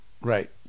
Right